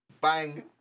Bang